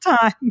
time